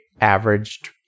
averaged